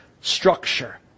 structure